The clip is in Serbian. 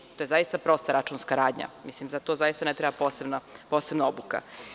Dakle, to je zaista prosta računska radnja, za to zaista ne treba posebna obuka.